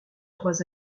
trois